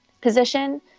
position